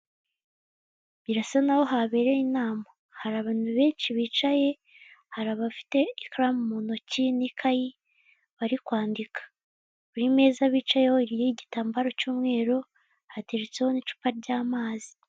Birasa naho habereye inama, hari abantu benshi bicaye, hari abafite ikaramu mu ntoki n'ikayi bari kwandika, imeza bicayeho iriho igitambara cy'umweru hateretseho n'icupa ry'amazi.